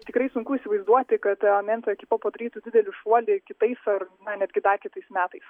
tikrai sunku įsivaizduoti kad memfio ekipa padarytų didelį šuolį kitais ar na net gi dar kitais metais